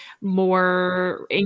more